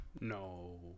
No